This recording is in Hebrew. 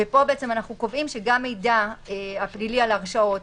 פה אנחנו קובעים שגם המידע הפלילי על הרשעות